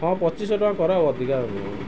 ହଁ ପଚିଶିଶହ ଟଙ୍କା କର ଆଉ ଅଧିକା